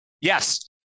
Yes